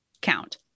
count